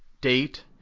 date